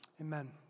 Amen